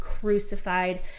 crucified